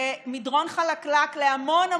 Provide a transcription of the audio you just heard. זה מדרון חלקלק להמון,